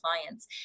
clients